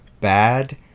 bad